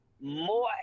more